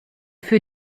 für